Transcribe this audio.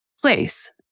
place